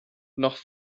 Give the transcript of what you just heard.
noch